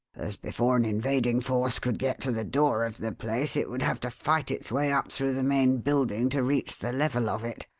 as before an invading force could get to the door of the place it would have to fight its way up through the main building to reach the level of it.